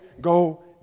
go